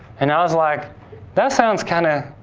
and i was like that sounds kinda